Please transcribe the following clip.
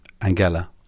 Angela